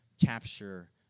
capture